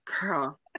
Girl